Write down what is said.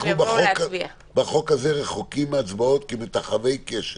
אנחנו בחוק הזה רחוקים מהצבעות כמטחווי קשת.